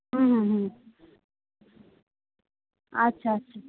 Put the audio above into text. হুম হুম হুম আচ্ছা আচ্ছা